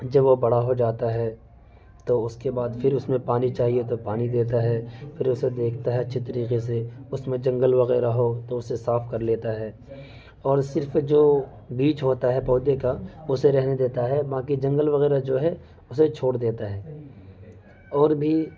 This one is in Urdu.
جب وہ بڑا ہو جاتا ہے تو اس کے بعد پھر اس میں پانی چاہیے تو پانی دیتا ہے پھر اسے دیکھتا ہے اچھی طریقے سے اس میں جنگل وغیرہ ہو تو اسے صاف کر لیتا ہے اور صرف جو بیج چھوڑتا ہے پودے کا اسے رہنے دیتا ہے باقی جنگل وغیرہ جو ہے اسے چھوڑ دیتا ہے اور بھی